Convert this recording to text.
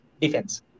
defense